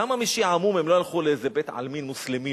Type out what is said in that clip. למה משעמום הם לא הלכו לאיזה בית-עלמין מוסלמי,